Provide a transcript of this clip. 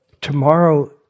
Tomorrow